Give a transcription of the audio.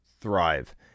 thrive